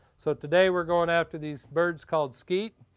so today we're going after these birds called skeet.